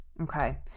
Okay